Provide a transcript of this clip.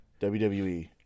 WWE